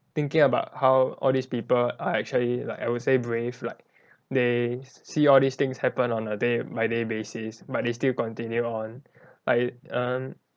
thinking about how all these people are actually like I would say brave like they see all these things happen on a day by day basis but they still continue on like um